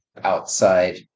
outside